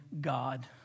God